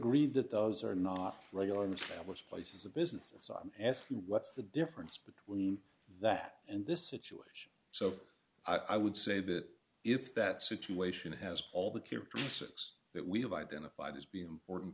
would read that those are not regular travelers places of businesses i ask you what's the difference between that and this situation so i would say that if that situation has all the characteristics that we have identified as being important